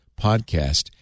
podcast